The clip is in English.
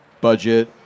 budget